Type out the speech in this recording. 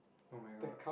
oh-my-god